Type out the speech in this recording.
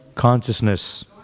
Consciousness